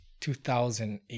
2008